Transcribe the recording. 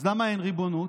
אז למה אין ריבונות?